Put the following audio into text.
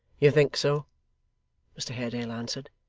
you think so mr haredale answered,